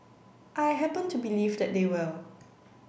I happen to believe that they will